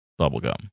Bubblegum